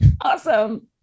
awesome